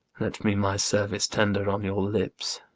let me my service tender on your lips.